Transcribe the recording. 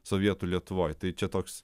sovietų lietuvoj tai čia toks